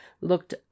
looked